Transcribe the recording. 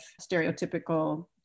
stereotypical